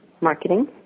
marketing